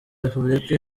repubulika